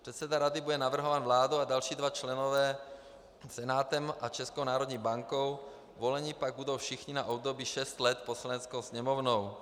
Předseda rady bude navrhován vládou a další dva členové Senátem a Českou národní bankou, voleni pak budou všichni na období šest let Poslaneckou sněmovnou.